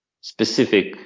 specific